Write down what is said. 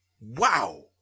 Wow